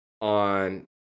on